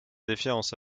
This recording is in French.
défiance